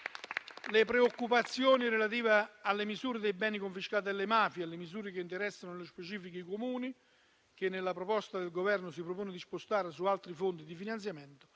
Le preoccupazioni relative alle misure dei beni confiscati alle mafie e alle misure che interessano specifici Comuni, che nella proposta del Governo si propone di spostare su altri fondi di finanziamento,